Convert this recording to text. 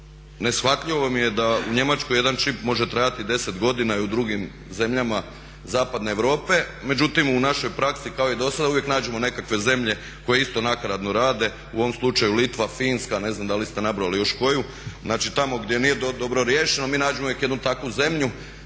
neshvatljivo mi je da u Njemačkoj jedan čip može trajati deset godina i u drugim zemljama zapadne Europe međutim u našoj praksi kao i dosada uvijek nađemo nekakve zemlje koje isto nakaradno rade, u ovom slučaju Litva, Finska ne znam da li ste nabrojali još koju, znači tamo gdje nije to dobro riješeno. Mi nađemo uvijek jednu takvu zemlju